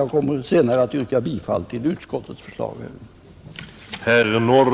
Jag kommer senare att yrka bifall till utskottets förslag i denna